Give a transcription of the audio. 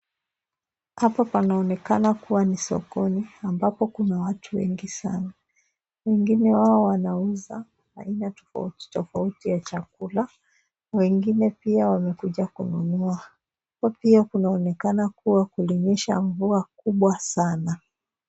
Hapo panaonekana kua ni sokoni ambapo watu ni wengi sana. Wengine wao wanauza aina tofauti tofauti ya chakula, wengine pia wamekuja kununua. Huku pia kunaonekana kua kulinyesha mvua kubwa sana.